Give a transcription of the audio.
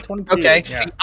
okay